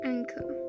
Anchor